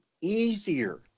easier